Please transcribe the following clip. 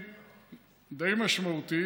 תקציב די משמעותי.